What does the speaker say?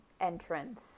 entrance